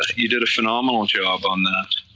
you did a phenomenal job on that.